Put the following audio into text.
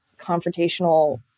confrontational